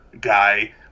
guy